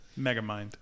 Megamind